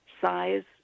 size